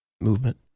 movement